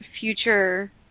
future